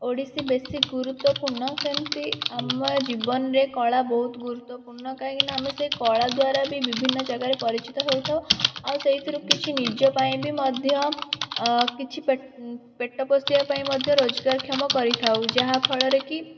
ଓଡ଼ିଶୀ ବେଶି ଗୁରୁତ୍ୱପୂର୍ଣ୍ଣ ସେମିତି ଆମ ଜୀବନରେ କଳା ବହୁତ ଗୁରୁତ୍ୱପୂର୍ଣ୍ଣ କାହିଁକିନା ଆମେ ସେଇ କଳା ଦ୍ୱାରା ବି ବିଭିନ୍ନ ଜାଗାରେ ପରିଚିତ ହୋଇଥାଉ ଆଉ ସେଇଥିରୁ କିଛି ନିଜ ପାଇଁ ବି ମଧ୍ୟ ଅ କିଛି ପେଟ ପେଟ ପୋଷିବା ପାଇଁ ବି ମଧ୍ୟ ରୋଜଗାରକ୍ଷମ କରିଥାଉ ଯାହାଫଳରେ କି